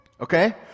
Okay